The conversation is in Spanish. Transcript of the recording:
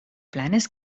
planes